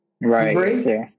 Right